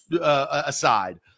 aside